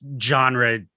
genre